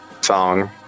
song